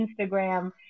Instagram